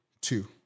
two